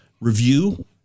review